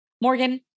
morgan